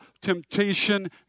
temptation